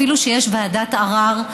אפילו שיש ועדת ערר,